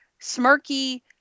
smirky